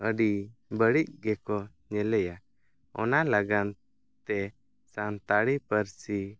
ᱟᱹᱰᱤ ᱵᱟᱹᱲᱤᱡ ᱜᱮᱠᱚ ᱧᱮᱞᱮᱭᱟ ᱚᱱᱟ ᱞᱟᱜᱟᱱ ᱛᱮ ᱥᱟᱱᱛᱟᱲᱤ ᱯᱟᱹᱨᱥᱤ